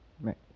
Right